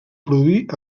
produir